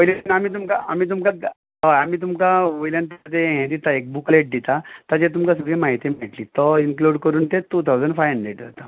पयलीं आमी तुमकां आमी तुमकां हय आमी तुमकां वयल्यान तुमकां हें दिता एक बुकलेट दिता ताचेर तुमकां सगळी म्हायती मेळटली तो इनक्लूड करून ते टू थावजंड फाय हंड्रेड जाता